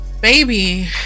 Baby